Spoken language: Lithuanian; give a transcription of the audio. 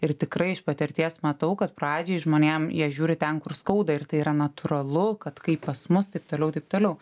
ir tikrai iš patirties matau kad pradžiai žmonėm jie žiūri ten kur skauda ir tai yra natūralu kad kai pas mus taip toliau taip toliau